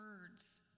words